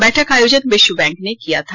बैठक का आयोजन विश्व बैंक ने किया था